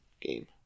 game